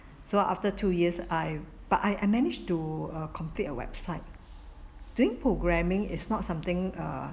so after two years I but I I manage to uh complete a website doing programming is not something uh